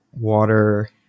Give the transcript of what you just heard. water